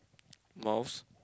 mouse